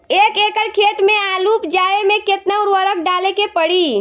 एक एकड़ खेत मे आलू उपजावे मे केतना उर्वरक डाले के पड़ी?